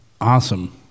Awesome